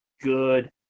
good